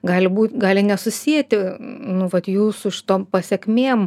gali būt gali nesusieti nu vat jų su šitom pasekmėm